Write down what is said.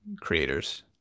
creators